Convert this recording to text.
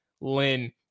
Lynn